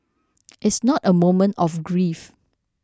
it's not a moment of grief